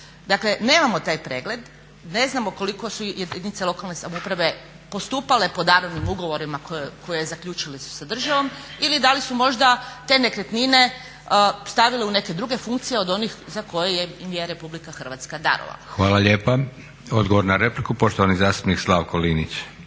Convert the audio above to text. Dakle nemamo taj pregled, ne znamo koliko su jedinice lokalne samouprave postupale po darovnim ugovorima koje zaključili su sa državom ili da li su možda te nekretnine stavili u neke druge funkcije od onih za koje im je Republika Hrvatska darovala. **Leko, Josip (SDP)** Hvala lijepa. Odgovor na repliku, poštovani zastupnik Slavko Linić.